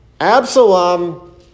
Absalom